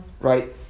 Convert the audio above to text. right